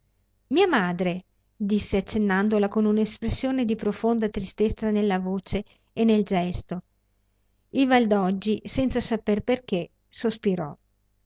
mia madre disse accennandola con espressione di profonda tristezza nella voce e nel gesto il valdoggi senza saper perché sospirò